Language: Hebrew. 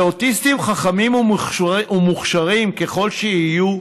לאוטיסטים, חכמים ומוכשרים ככל שיהיו,